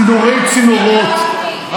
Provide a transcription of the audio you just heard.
צינורי-צינורות.